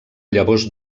llavors